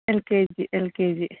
LKG LKG